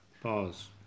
Pause